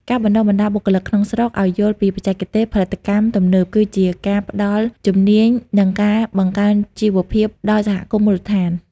ការបណ្ដុះបណ្ដាលបុគ្គលិកក្នុងស្រុកឱ្យយល់ពីបច្ចេកទេសផលិតកម្មទំនើប គឺជាការផ្ដល់ជំនាញ និងការបង្កើនជីវភាពដល់សហគមន៍មូលដ្ឋាន។